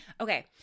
Okay